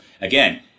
Again